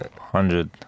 hundred